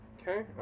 Okay